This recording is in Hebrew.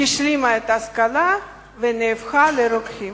השלימה את ההשכלה והם הפכו לרוקחים.